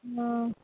மா